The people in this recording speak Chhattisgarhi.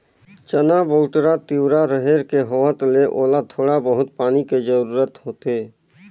चना, बउटरा, तिंवरा, रहेर के होवत ले ओला थोड़ा बहुत पानी के जरूरत होथे